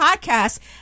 podcast